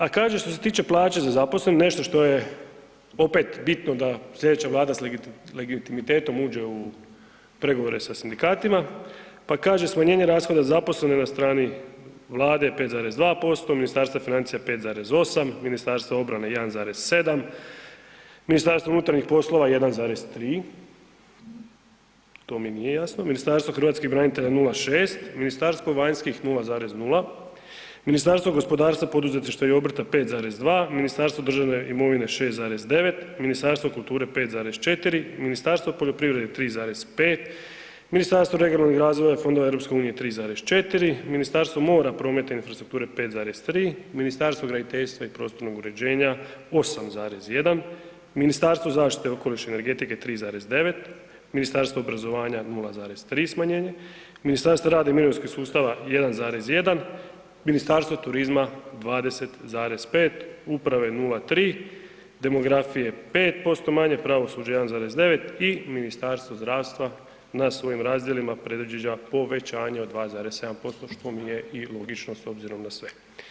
A kaže što se tiče plaće za zaposlene, nešto što je opet bitno da slijedeća Vlada legitimitetom uđe u pregovore sa sindikatima, pa kaže smanjenje rashoda za zaposlene na strani Vladi 5,2%, Ministarstva financija 5,8%, Ministarstva obrane 1,7, Ministarstvo unutarnjih poslova 1,3, to mi nije jasno, Ministarstvo hrvatskih branitelja 0,6, Ministarstvo vanjskih 0,0, Ministarstvo gospodarstva, poduzetništva i obrta 5,2, Ministarstvo državne imovine 6,9, Ministarstvo kulture 5,4, Ministarstvo poljoprivrede 3,5, Ministarstvo regionalnog razvoja i fondova EU-a 3,4, Ministarstvo mora, prometa i infrastrukture 5,3, Ministarstvo graditeljstva i prostornog uređenja 8,1, Ministarstvo zaštite okoliša i energetike 3,9, Ministarstvo obrazovanja 0,3 smanjenje, Ministarstvo rada i mirovinskog sustava 1,1, Ministarstvo turizma 20,5, uprave 0,3, demografije 5%, pravosuđa 1,9 i Ministarstvo zdravstva na svojim razdjelima predviđa povećanje od 2,7% što mi je i logično s obzirom na sve.